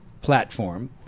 platform